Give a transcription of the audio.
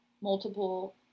multiple